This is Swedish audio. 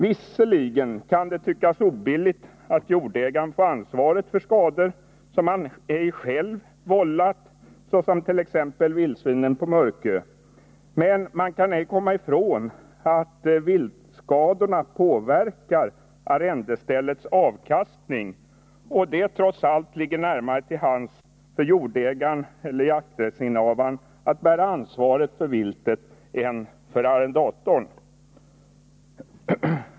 Visserligen kan det tyckas obilligt att jordägaren får ansvaret för skador som han själv ej vållat, såsom t.ex. när det gäller vildsvinen på Mörkö. Men man kan ej komma ifrån att viltskadorna påverkar arrendeställets avkastning och att det trots allt ligger närmare till hands för jordägaren/jakträttsinnehavaren än för arrendatorn att bära ansvaret för viltet.